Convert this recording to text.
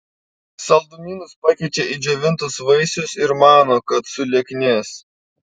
saldumynus pakeičia į džiovintus vaisius ir mano kad sulieknės